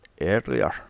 earlier